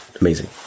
Amazing